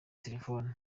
telefoni